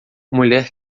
mulher